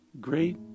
great